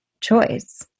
choice